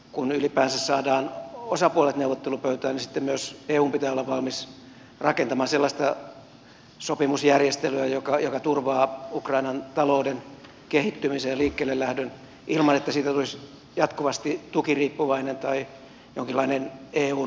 kun ylipäänsä saadaan osapuolet neuvottelupöytään niin sitten myös eun pitää olla valmis rakentamaan sellaista sopimusjärjestelyä joka turvaa ukrainan talouden kehittymisen ja liikkeellelähdön ilman että siitä tulisi jatkuvasti tukiriippuvainen tai jonkinlainen eun huoltohallintoalue